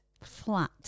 Flat